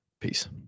Peace